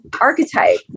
archetype